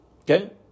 okay